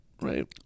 right